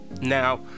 Now